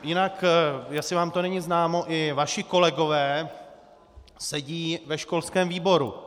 Jinak jestli vám to není známo, i vaši kolegové sedí ve školském výboru.